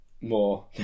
more